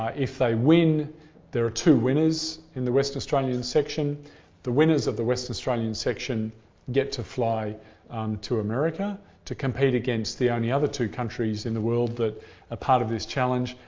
ah if they win there are two winners in the western australian section the winners of the western australian section get to fly to america to compete against the only other two countries in the world that are ah part of this challenge,